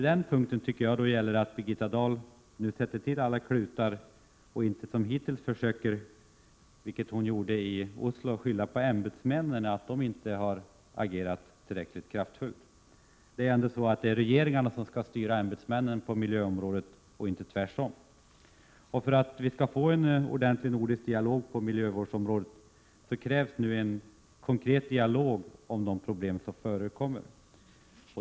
Det gäller nu att Birgitta Dahl sätter till alla klutar och inte försöker skylla på att ämbetsmännen inte har agerat tillräckligt kraftfullt. Det försökte hon nämligen göra i Oslo. Det är ändå regeringarna som skall styra ämbetsmännen på miljöområdet, och inte tvärtom. För att vi skall få en ordentlig nordisk dialog på miljövårdsområdet krävs nu konkreta samtal om de problem som förekommer.